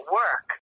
work